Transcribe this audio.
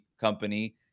Company